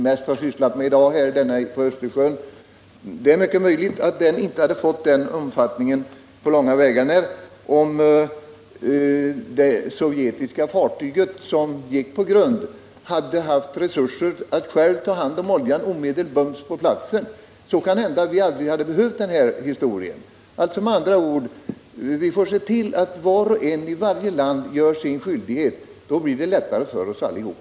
Det är mycket möjligt att den olycka i Östersjön som vi nu behandlar inte på långa vägar hade fått den omfattning som nu blev fallet, om man på det sovjetiska fartyg som gick på grund hade haft resurser att själv omedelbart ta hand om oljan på platsen. Det kant.o.m. hända att det aldrig blivit tal om någon oljekatastrof. Med andra ord: Vi måste se till att var och en i varje land fullgör sin skyldighet när sådant här inträffar. Då blir det lättare för oss allihop.